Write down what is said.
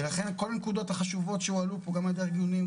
כל הנקודות החשובות שהועלו פה גם על ידי הארגונים,